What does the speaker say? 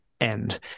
end